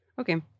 Okay